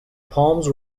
palms